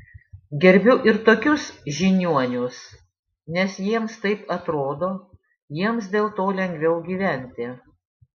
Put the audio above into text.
gerbiu ir tokius žiniuonius nes jiems taip atrodo jiems dėl to lengviau gyventi